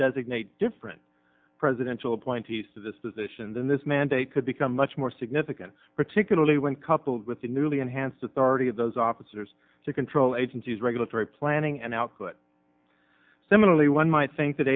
designate different presidential appointees to this position then this mandate could become much more significant particularly when coupled with the newly enhanced authority of those officers to control agencies regulatory planning and output similarly one might think that